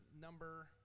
number